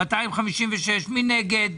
מי נגד?